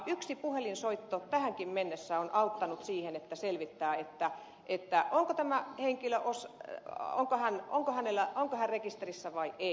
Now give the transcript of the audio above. yksi puhelinsoitto tähänkin mennessä on riittänyt siihen että voi selvittää onko tämä henkilö on se onko hän onko hänellä on yhä rekisterissä vai ei